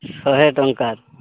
ଶହେ ଟଙ୍କା